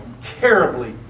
terribly